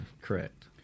correct